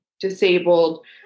disabled